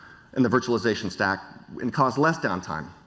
and the virtualization stack and cause less down time.